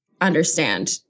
understand